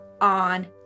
on